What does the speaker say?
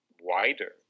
wider